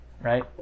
right